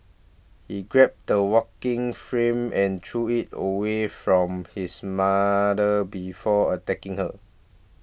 he grabbed the walking frame and threw it away from his mother before attacking her